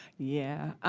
yeah.